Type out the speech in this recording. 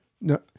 No